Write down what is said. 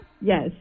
Yes